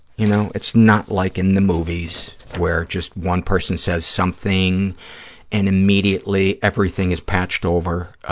you know, it's not like in the movies where just one person says something and immediately everything is patched over